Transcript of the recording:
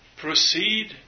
proceed